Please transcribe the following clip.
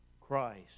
Christ